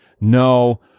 No